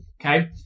okay